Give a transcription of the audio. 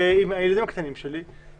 עם הילדים הקטנים שלי,